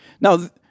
Now